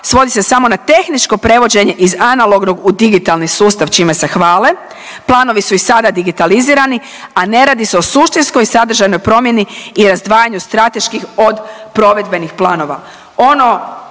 svodi se samo na tehničko prevođenje iz analognog u digitalnog sustav, čime se hvale, planovi su i sada digitalizirani, a ne radi se o suštinskoj sadržanoj promjeni i razdvajanju strateških od provedbenih planova.